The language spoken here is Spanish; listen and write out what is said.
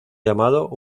llamado